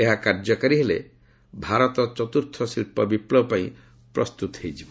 ଏହା କାର୍ଯ୍ୟକାରୀ ହେଲେ ଭାରତ ଚତୁର୍ଥ ଶିଳ୍ପ ବିପୁବ ପାଇଁ ପ୍ରସ୍ତୁତ ହୋଇଯିବ